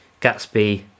Gatsby